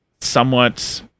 somewhat